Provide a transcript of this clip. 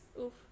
Oof